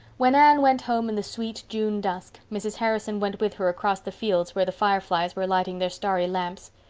when anne went home in the sweet june dusk, mrs. harrison went with her across the fields where the fireflies were lighting their starry lamps.